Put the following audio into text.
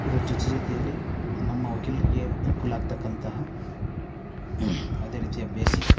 ಅದ್ರ ಜೊತೆ ಜೊತೆಯಲ್ಲಿ ನಮ್ಮ ವಕೀಲರಿಗೆ ಅನುಕೂಲ ಆಗ್ತಕ್ಕಂತಹ ಯಾವುದೇ ರೀತಿಯ ಬೇಸಿಕ್